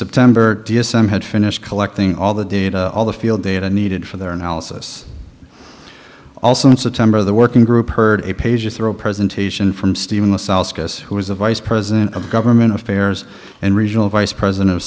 september d s m had finished collecting all the data all the field data needed for their analysis also in september the working group heard a page through a presentation from steve in the us who is the vice president of government affairs and regional vice president of